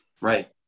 Right